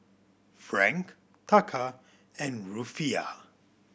Franc Taka and Rufiyaa